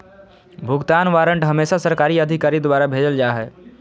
भुगतान वारन्ट हमेसा सरकारी अधिकारी द्वारा भेजल जा हय